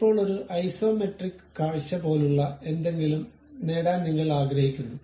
ഇപ്പോൾ ഒരു ഐസോമെട്രിക് കാഴ്ച പോലുള്ള എന്തെങ്കിലും നേടാൻ നിങ്ങൾ ആഗ്രഹിക്കുന്നു